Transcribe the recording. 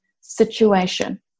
situation